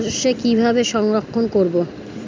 সরষে কিভাবে সংরক্ষণ করব?